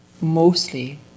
mostly